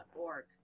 org